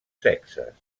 sexes